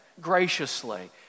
graciously